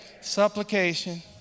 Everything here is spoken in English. supplication